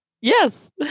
Yes